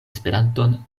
esperanton